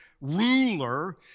ruler